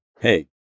hey